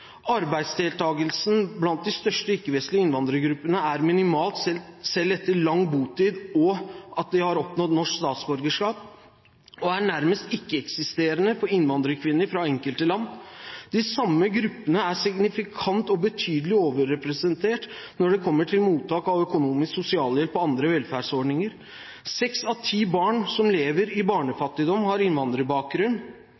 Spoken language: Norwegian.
Arbeidsdeltagelsen blant de største ikke-vestlige innvandrergruppene er minimal, selv etter lang botid og de har oppnådd norsk statsborgerskap, og er nærmest ikke-eksisterende for innvandrerkvinner fra enkelte land. De samme gruppene er signifikant og betydelig overrepresentert når det gjelder mottak av økonomisk sosialhjelp og andre velferdsordninger. Seks av ti barn som lever i